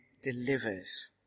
delivers